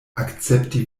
akcepti